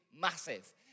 massive